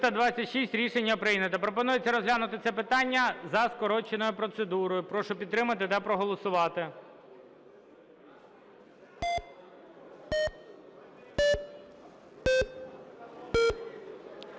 За-326 Рішення прийнято. Пропонується розглянути це питання за скороченою процедурою. Прошу підтримати та проголосувати.